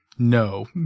No